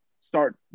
start